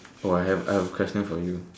so I have I have a question for you